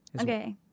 Okay